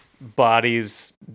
bodies